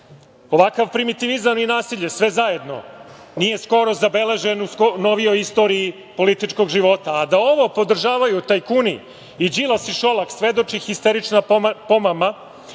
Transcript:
primitivizam i nasilje, sve zajedno, nije skoro zabeleženo u novijoj istoriji političkog života. A da ovo podržavaju tajkuni i Đilas i Šolak, svedoči histerična pomama